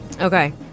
Okay